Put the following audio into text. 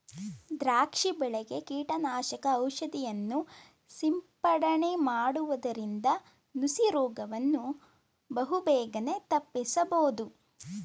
ದ್ರಾಕ್ಷಿ ಬೆಳೆಗೆ ಕೀಟನಾಶಕ ಔಷಧಿಯನ್ನು ಸಿಂಪಡನೆ ಮಾಡುವುದರಿಂದ ನುಸಿ ರೋಗವನ್ನು ಬಹುಬೇಗನೆ ತಪ್ಪಿಸಬೋದು